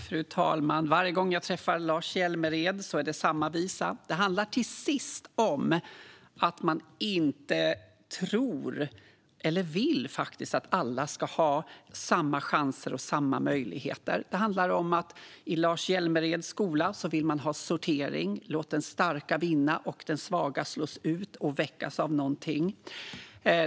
Fru talman! Varje gång jag träffar Lars Hjälmered är det samma visa. Det handlar till sist om att man inte tror eller vill att alla ska ha samma chanser och samma möjligheter. I Lars Hjälmereds skola vill man ha sortering. Låt den starka vinna och den svaga slås ut och väckas av någonting.